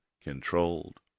controlled